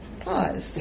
pause